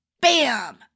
bam